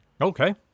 Okay